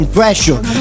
Pressure